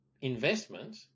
investment